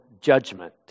judgment